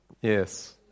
Yes